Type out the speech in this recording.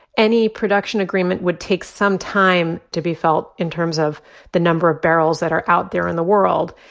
any production agreement would take some time to be felt in terms of the number of barrels that are out there in the world.